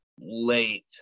late